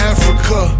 Africa